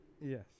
Yes